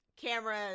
camera